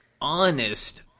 honest